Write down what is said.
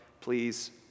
please